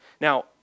Now